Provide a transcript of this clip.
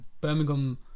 Birmingham